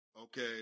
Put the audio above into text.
okay